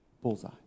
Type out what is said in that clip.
bullseye